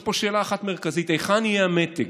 יש שאלה אחת מרכזית: היכן יהיה המתג?